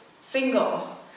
single